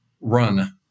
run